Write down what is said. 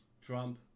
Trump